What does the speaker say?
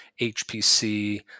hpc